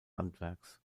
handwerks